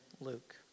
Luke